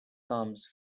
comes